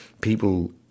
people